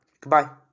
Goodbye